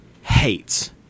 hates